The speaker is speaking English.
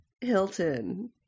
Hilton